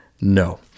no